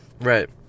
right